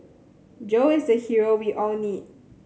Joe is the hero we all need